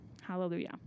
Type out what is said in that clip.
Hallelujah